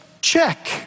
check